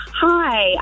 Hi